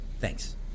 Thanks